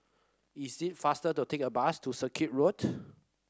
is it faster to take a bus to Circuit Road